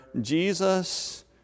Jesus